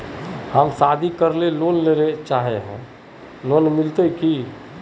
हम शादी करले लोन लेले चाहे है लोन मिलते की?